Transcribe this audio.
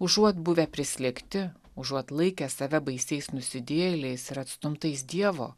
užuot buvę prislėgti užuot laikę save baisiais nusidėjėliais ir atstumtais dievo